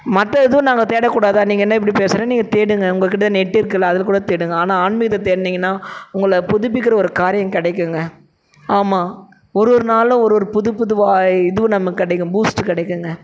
மற்ற எதுவும் நாங்கள் தேடக்கூடாதா நீங்கள் என்ன இப்படி பேசுகிற நீங்கள் தேடுங்க உங்கள்க் கிட்டே நெட்டு இருக்கில்ல அதில் கூட தேடுங்க ஆனால் ஆன்மீகத்தை தேடுனீங்கனா உங்களை புதுப்பிக்கிற ஒரு காரியம் கிடைக்குங்க ஆமாம் ஒரு ஒரு நாளும் ஒரு ஒரு புது புது வா இதுவும் நமக்கு கிடைக்கும் பூஸ்ட்டு கிடைக்குங்க